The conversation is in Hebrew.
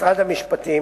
משרד המשפטים,